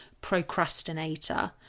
procrastinator